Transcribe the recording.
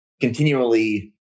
continually